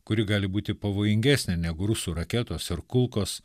kuri gali būti pavojingesnė negu rusų raketos ar kulkos